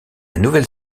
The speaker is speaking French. nouvelle